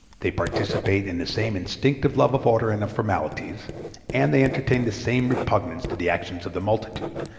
they participate in the same instinctive love of order and of formalities and they entertain the same repugnance to the actions of the multitude,